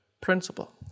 Principle